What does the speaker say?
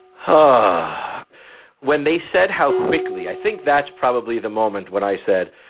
um ah when they said how quickly, i think that's probably the moment when i said,